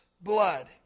blood